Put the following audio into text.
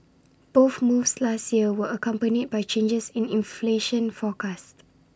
both moves last year were accompanied by changes in inflation forecast